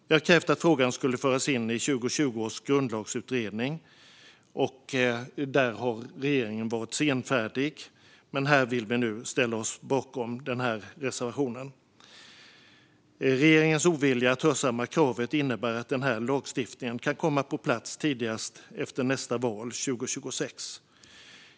Vi har krävt att frågan skulle föras in i 2020 års grundlagsutredning, och där har regeringen varit senfärdig, men här ställer vi oss bakom reservationen. Regeringens ovilja att hörsamma kravet innebär att lagstiftningen kan komma på plats tidigast efter nästa val 2026.